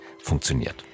funktioniert